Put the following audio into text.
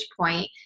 point